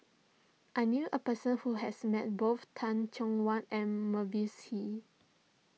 I knew a person who has met both Teh Cheang Wan and Mavis Hee